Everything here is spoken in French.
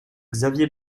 xavier